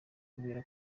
kubera